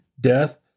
death